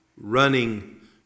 running